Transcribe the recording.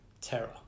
terror